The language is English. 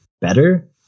better